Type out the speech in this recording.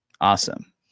awesome